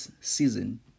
season